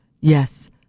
Yes